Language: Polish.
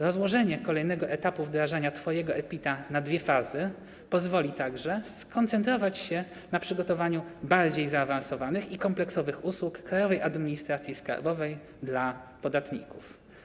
Rozłożenie kolejnego etapu wdrażania Twojego e-PIT na dwie fazy pozwoli także skoncentrować się na przygotowaniu bardziej zaawansowanych i kompleksowych usług Krajowej Administracji Skarbowej dla podatników.